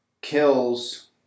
kills